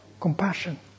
compassion